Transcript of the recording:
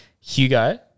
Hugo